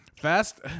Fast